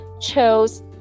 chose